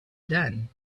done